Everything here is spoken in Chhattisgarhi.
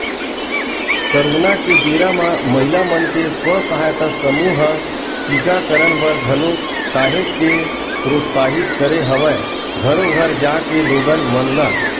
करोना के बेरा म महिला मन के स्व सहायता समूह ह टीकाकरन बर घलोक काहेच के प्रोत्साहित करे हवय घरो घर जाके लोगन मन ल